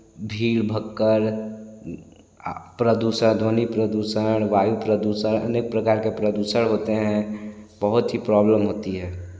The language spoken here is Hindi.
भीड़ भक्कड़ प्रदूष ध्वनि प्रदूषण वायु प्रदूषण अनेक प्रकार के प्रदूषण होते हैं बहुत ही प्रॉब्लम होती है